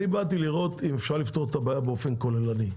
אני באתי לראות אם אפשר לפתור את הבעיה באופן כוללני,